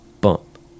Bump